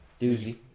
doozy